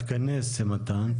טוב, תתכנס מתן.